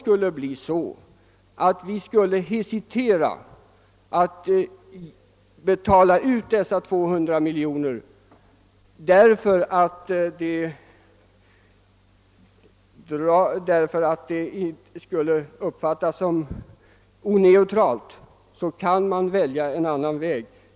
Skulle vi hesitera att betala ut de 200 miljonerna med tanke på att det kunde uppfattas som icke neutralt, kan vi således välja en annan väg.